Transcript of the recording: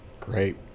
Great